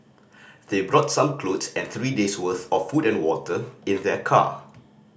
they brought some clothes and three days'worth of food and water in their car